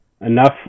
enough